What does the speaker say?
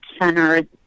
center